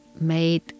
made